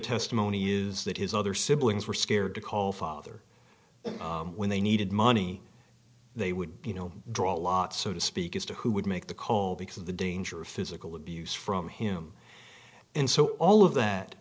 testimony is that his other siblings were scared to call father when they needed money they would you know draw a lot so to speak as to who would make the call because of the danger of physical abuse from him and so all of that